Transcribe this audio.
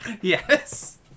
Yes